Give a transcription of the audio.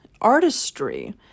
artistry